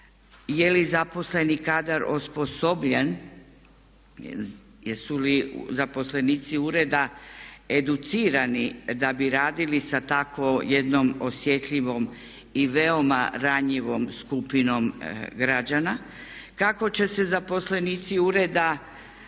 je li zaposleni kadar osposobljen, jesu li zaposlenici ureda educirani da bi radili sa takvom jednom osjetljivom i veoma ranjivom skupinom građana, kako će se zaposlenici ureda,